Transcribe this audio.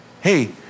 Hey